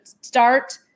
start